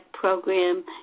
program